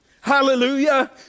hallelujah